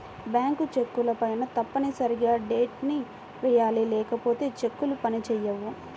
bank చెక్కులపైన తప్పనిసరిగా date ని వెయ్యాలి లేకపోతే చెక్కులు పని చేయవు